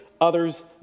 others